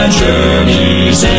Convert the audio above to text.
journey's